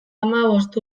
hamabost